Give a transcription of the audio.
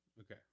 Okay